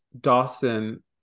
Dawson